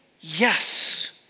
yes